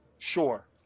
Sure